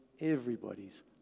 everybody's